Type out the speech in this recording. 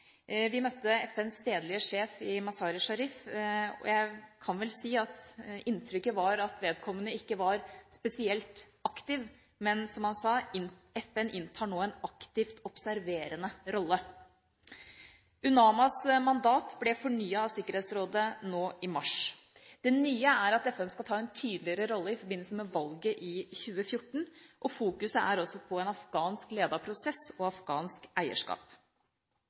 Vi møtte FNs stedlige sjef i Mazar-e-Sharif, og jeg kan vel si at inntrykket var at vedkommende ikke var spesielt aktiv, men som han sa: FN inntar nå en aktivt observerende rolle. UNAMAs mandat ble fornyet av Sikkerhetsrådet nå i mars. Det nye er at FN skal ta en tydeligere rolle i forbindelse med valget i 2014 og også fokusere på en afghanskledet prosess og afghansk eierskap.